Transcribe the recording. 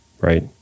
right